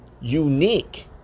unique